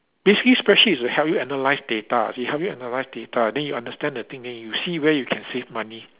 basically spreadsheet is to help you analyse data they help you analyse data then you understand the thing then you see where you can save money